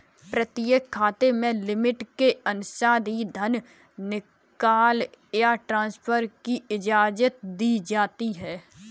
प्रत्येक खाते को लिमिट के अनुसार ही धन निकासी या ट्रांसफर की इजाजत दी जाती है